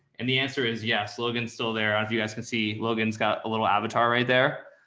and the answer is yes, logan still there. if you guys can see, logan's got a little avatar right there.